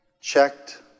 checked